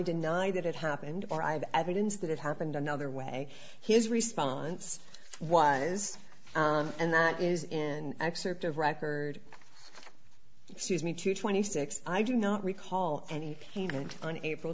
deny that it happened or i have evidence that it happened another way his response was and that is in excerpt of record excuse me two twenty six i do not recall any payment on april